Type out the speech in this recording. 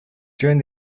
during